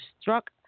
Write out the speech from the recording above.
struck